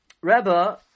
Rebbe